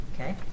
Okay